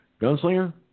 Gunslinger